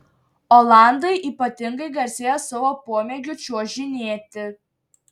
olandai ypatingai garsėja savo pomėgiu čiuožinėti